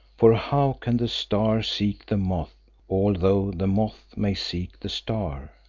for how can the star seek the moth although the moth may seek the star?